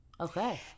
Okay